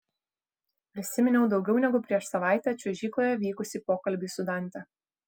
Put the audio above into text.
prisiminiau daugiau negu prieš savaitę čiuožykloje vykusį pokalbį su dante